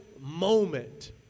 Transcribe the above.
moment